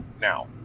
Now